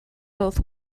both